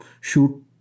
shoot